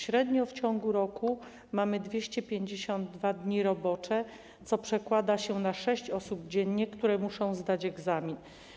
Średnio w ciągu roku mamy 252 dni robocze, co przekłada się na sześć osób dziennie, które muszą zdać egzamin.